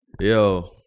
Yo